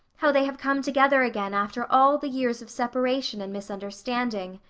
how they have come together again after all the years of separation and misunderstanding?